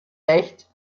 recht